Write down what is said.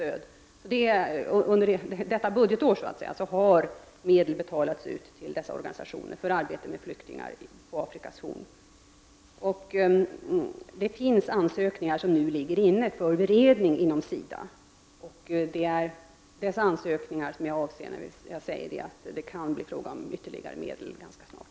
Under detta budgetår har medel alltså betalats ut till dessa organisationer för arbete med flyktingar på Afrikas Horn. Det finns ansökningar som nu ligger hos SIDA för beredning. Det är dessa ansökningar jag avser när jag säger att det kan bli fråga om ytterligare medel ganska snart.